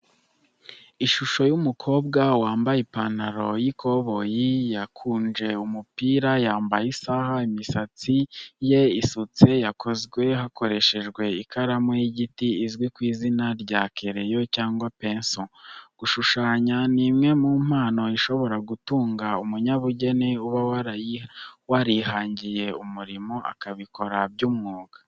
Ishusho y'umukobwa wambaye ipantaro y'ikoboyi, yakunje umupira, yambaye isaha, imisatsi ye isutse yakozwe hakoreshejwe ikaramu y’igiti izwi ku izina rya kereyo cyangwa penso. Gushushanya ni imwe mu mpano ishobora gutunga umunyabugeni uba warihangiye umurimo, akabikora by'umwuga.